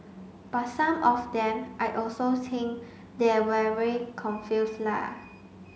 but some of them I also think they are very confuse la